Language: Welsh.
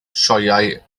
sioeau